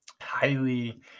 highly